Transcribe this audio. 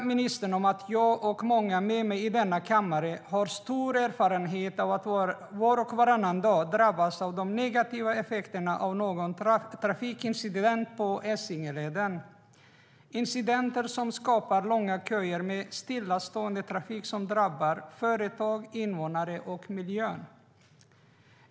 Jag kan intyga att jag och många med mig i denna kammare har stor erfarenhet av att var och varannan dag drabbas av de negativa effekterna av någon trafikincident på Essingeleden. Det är incidenter som skapar långa köer med stillastående trafik vilket drabbar företag, invånare och miljön.